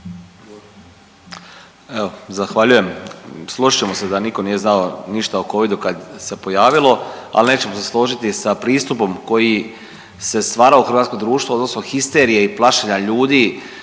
zahvaljujem. Složit ćemo se da niko nije znao ništa o covidu kad se pojavilo, al nećemo se složiti sa pristupom koji se stvarao u hrvatskom društvu odnosno histerija i plašenja ljudi,